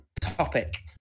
topic